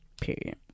period